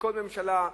וכל ממשלה,